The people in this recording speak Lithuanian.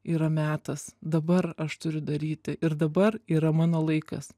yra metas dabar aš turiu daryti ir dabar yra mano laikas